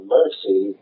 mercy